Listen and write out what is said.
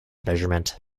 measurement